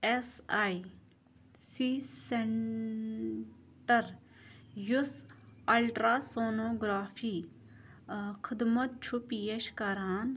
S A C centre یُس ultrasonography ٲں خدمت چھُ پیش کَران